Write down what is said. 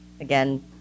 again